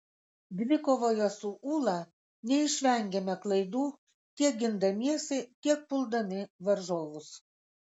dvikovoje su ūla neišvengėme klaidų tiek gindamiesi tiek puldami varžovus